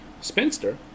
spinster